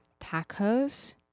tacos